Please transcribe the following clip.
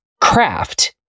craft